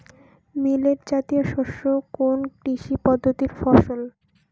Millet জাতীয় শস্য কোন কৃষি পদ্ধতির ফসল?